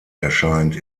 erscheint